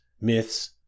myths